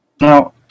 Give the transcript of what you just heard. Now